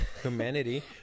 humanity